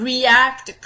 react